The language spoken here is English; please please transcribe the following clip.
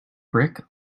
brick